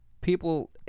People